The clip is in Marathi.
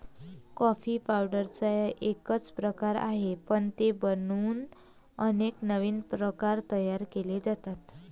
कॉफी पावडरचा एकच प्रकार आहे, पण ते बनवून अनेक नवीन प्रकार तयार केले जातात